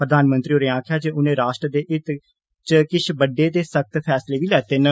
प्रधानमंत्री होरें आखेआ जे उनें राष्ट्र दे हित च किश बड्डे ते सख्त फैसले बी लैते न